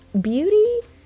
beauty